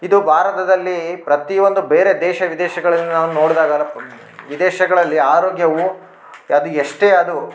ಇದು ಭಾರತದಲ್ಲಿ ಪ್ರತಿಯೊಂದು ಬೇರೆ ದೇಶ ವಿದೇಶಗಳಲ್ಲಿ ನಾವು ನೋಡಿದಾಗ ವಿದೇಶಗಳಲ್ಲಿ ಆರೋಗ್ಯವು ಯದ್ ಎಷ್ಟೇ ಅದು